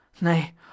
Nay